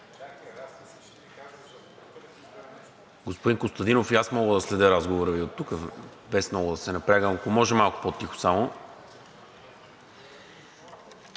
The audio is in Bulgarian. Господин Костадинов, и аз мога да следя разговора Ви оттук, без много да се напрягам. Ако може малко по-тихо.